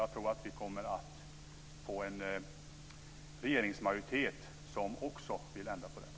Jag tror att vi kommer att få en regeringsmajoritet som också vill ändra på detta.